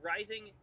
Rising